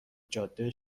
جاده